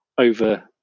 over